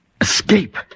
Escape